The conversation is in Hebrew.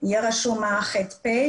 יהיה רשום ה-ח"פ.